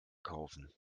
kaufen